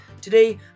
Today